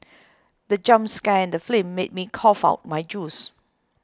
the jump scare in the film made me cough out my juice